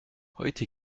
heute